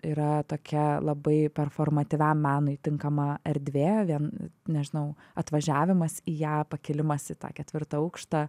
yra tokia labai performatyviam menui tinkama erdvė vien nežinau atvažiavimas į ją pakilimas į tą ketvirtą aukštą